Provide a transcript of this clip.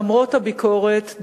למרות הביקורת,